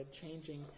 changing